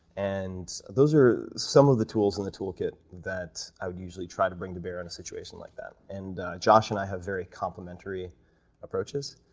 and those are some of the tools in the tool kit that i would usually try to bring to bear in a situation like that, and josh and i have very complementary approaches,